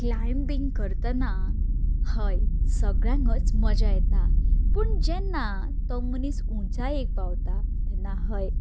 climbing करतना हय सगल्यांकच मजा येता पूण तेन्ना तो मनीस उंचायेक पावता तेन्ना हय